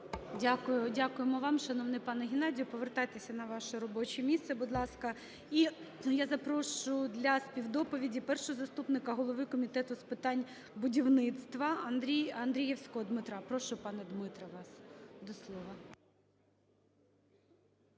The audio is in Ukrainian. Дякую. Дякуємо вам, шановний пане Геннадію. Повертайтеся на ваше робоче місце, будь ласка. І я запрошую для співдоповіді першого заступника голови Комітету з питань будівництва Андрієвського Дмитра. Прошу, пане Дмитре, вас до слова.